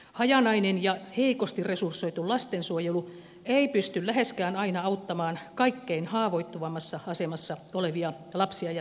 hajanainen ja heikosti resursoitu lastensuojelu ei pysty läheskään aina auttamaan kaikkein haavoittuvimmassa asemassa olevia lapsia ja nuoria